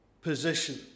position